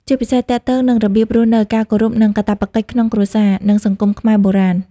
ជាពិសេសទាក់ទងនឹងរបៀបរស់នៅ ការគោរព និងកាតព្វកិច្ចក្នុងគ្រួសារ និងសង្គមខ្មែរបុរាណ។